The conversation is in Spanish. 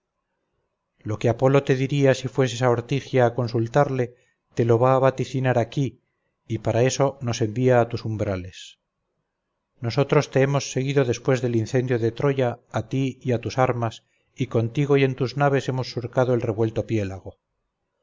lo que apolo te diría si fueses a ortigia a consultarle te lo va a vaticinar aquí y para eso nos envía a tus umbrales nosotros te hemos seguido después del incendio de troya a ti y a tus armas y contigo y en tus naves hemos surcado el revuelto piélago